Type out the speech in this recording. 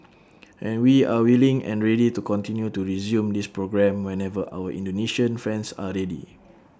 and we are willing and ready to continue to resume this programme whenever our Indonesian friends are ready